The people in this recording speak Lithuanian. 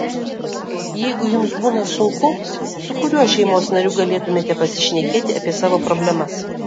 jeigu jums būna sunku su kuriuo šeimos nariu galėtumėte pasišnekėti apie savo problemas